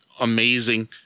amazing